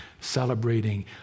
celebrating